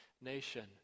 nation